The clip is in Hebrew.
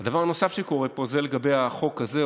זה לגבי החוק הזה,